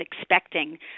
expecting